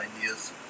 ideas